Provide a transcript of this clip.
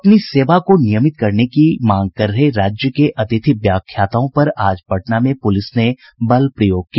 अपनी सेवा को नियमित करने की मांग कर रहे राज्य के अतिथि व्याख्याताओं पर आज पटना में पुलिस ने बल प्रयोग किया